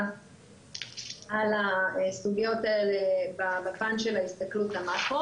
על הסוגיות האלה בפן של הסתכלות המקרו.